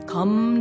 Come